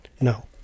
No